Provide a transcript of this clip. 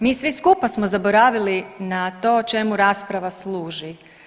Mi svi skupa smo zaboravili na to čemu rasprava služi.